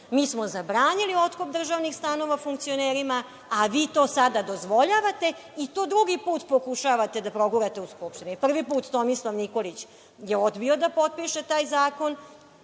Mi smo zabranili otkup državnih stanova funkcionerima, a vi to sada dozvoljavate i to drugi put pokušavate da progurate u Skupštinu. Prvi put Tomislav Nikolić je odbio da potpiše taj zakon,